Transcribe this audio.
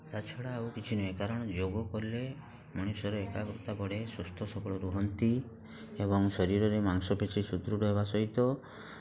ତା ଛଡ଼ା ଆଉ କିଛି ନୁହେଁ କାରଣ ଯୋଗ କଲେ ମଣିଷର ଏକାଗ୍ରତା ବଢ଼େ ସୁସ୍ଥ ସବଳ ରୁହନ୍ତି ଏବଂ ଶରୀରରେ ମାଂସପେଶୀ ସୁଦୃଢ଼ ହେବା ସହିତ